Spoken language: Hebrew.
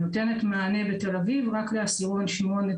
היא נותנת מענה בתל אביב רק לעשירון 8,